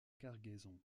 cargaison